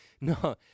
no